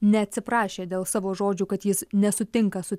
neatsiprašė dėl savo žodžių kad jis nesutinka su